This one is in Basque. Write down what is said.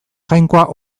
jainkoa